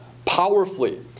Powerfully